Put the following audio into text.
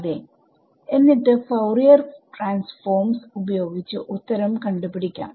അതെഎന്നിട്ട് Fourier transforms ഉപയോഗിച്ച് ഉത്തരം കണ്ട് പിടിക്കാം